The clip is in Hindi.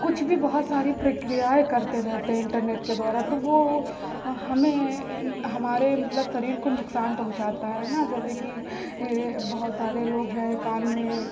कुछ भी बहुत सारी प्रक्रियाएँ करते रहते हैं इन्टरनेट के द्वारा तो वह हमें हमारे मतलब शरीर को नुकसान पहुँचाता है ना जैसे कि बहुत सारे लोग हैं कान में